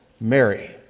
Mary